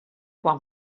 quan